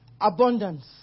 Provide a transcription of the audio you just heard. Abundance